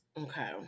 Okay